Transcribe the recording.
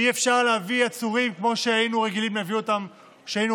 אי-אפשר להביא עצורים כמו שהיינו רגילים להביא אותם,